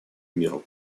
миру